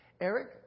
Eric